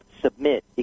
Submit